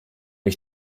ich